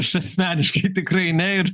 aš asmeniškai tikrai ne ir